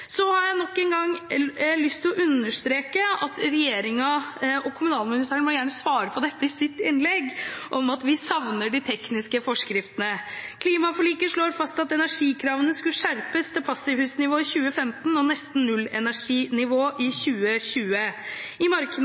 Jeg har lyst til å understreke – og kommunalministeren må gjerne svare på dette i sitt innlegg – at vi savner de tekniske forskriftene. Klimaforliket slo fast at energikravene skulle skjerpes til passivhusnivå i 2015 og nesten nullenerginivå i 2020. I